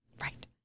Right